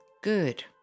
Good